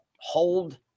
hold